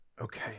Okay